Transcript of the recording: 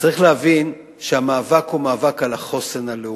צריך להבין שהמאבק הוא מאבק על החוסן הלאומי.